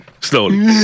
slowly